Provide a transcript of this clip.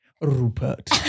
Rupert